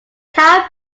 kyle